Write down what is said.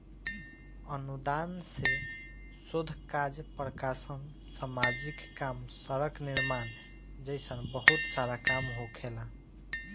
अनुदान से शोध काज प्रकाशन सामाजिक काम सड़क निर्माण जइसन बहुत सारा काम होखेला